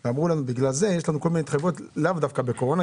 ואמרו: בגלל זה יש לנו כל מיני התחייבויות לאו דווקא בקורונה,